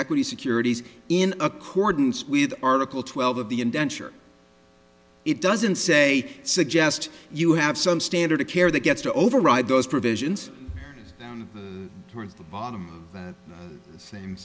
equity securities in accordance with article twelve of the indenture it doesn't say suggest you have some standard of care that gets to override those provisions down towards the bottom of that same